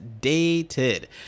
dated